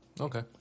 Okay